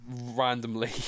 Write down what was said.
randomly